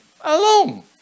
alone